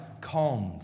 calmed